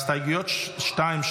הסתייגויות 2,